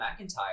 McIntyre